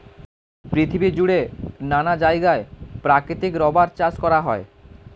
পৃথিবী জুড়ে নানা জায়গায় প্রাকৃতিক রাবার চাষ করা হয়